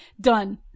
Done